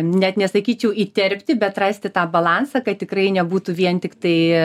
net nesakyčiau įterpti bet rasti tą balansą kad tikrai nebūtų vien tiktai